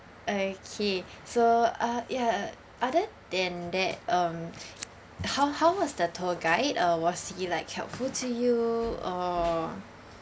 okay so ah ya other than that um how how was the tour guide uh was he like helpful to you or